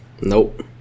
Nope